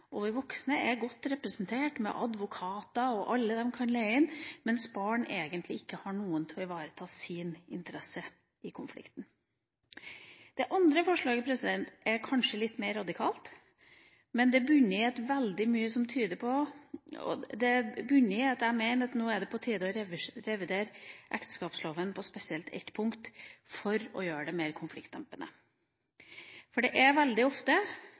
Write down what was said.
er godt representert ved advokater og alle de kan leie inn, mens barn egentlig ikke har noen til å ivareta sine interesser i konflikter. Det andre forslaget er kanskje litt mer radikalt, men det bunner i at jeg mener at det nå er på tide å revidere ekteskapsloven på spesielt ett punkt for å gjøre dette mer konfliktdempende. Konflikter bunner veldig ofte